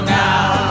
now